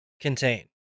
contain